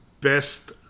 best